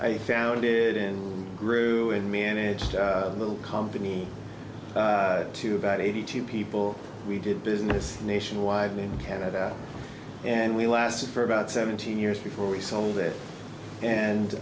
i found good in grew and managed little company to about eighty two people we did business nationwide and canada and we lasted for about seventeen years before we sold it